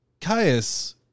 Caius